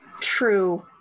True